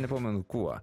nepamenu kuo